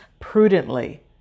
prudently